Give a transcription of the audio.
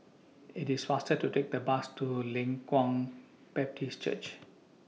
IT IS faster to Take The Bus to Leng Kwang Baptist Church